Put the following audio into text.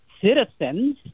citizens